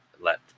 let